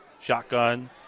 Shotgun